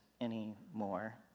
anymore